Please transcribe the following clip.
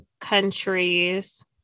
countries